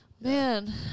Man